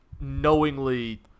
knowingly